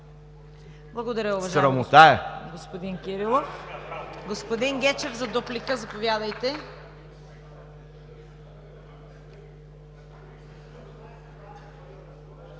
Благодаря, уважаеми господин Кирилов. Господин Гечев, заповядайте